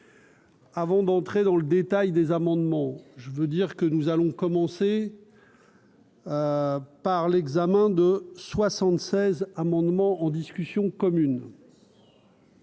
Avant d'entrer dans le détail des amendements, je veux dire que nous allons commencer. Par l'examen de 76 amendements en discussion commune.